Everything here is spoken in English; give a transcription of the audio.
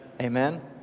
Amen